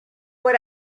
what